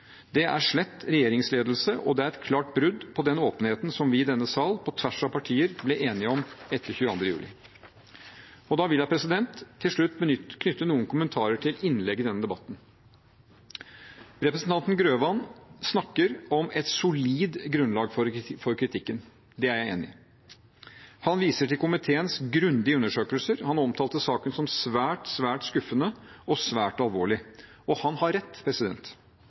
Det er slett regjeringsledelse, og det er et klart brudd på den åpenheten som vi i denne sal, på tvers av partier, ble enige om etter 22. juli. Jeg vil til slutt knytte noen kommentarer til innlegg i denne debatten. Representanten Grøvan snakker om et «solid grunnlag» for kritikken. Det er jeg enig i. Han viser til komiteens «grundige undersøkelser», han omtalte saken som «svært, svært skuffende» og «svært alvorlig». Han har rett.